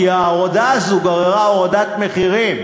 כי ההורדה הזו גררה הורדת מחירים.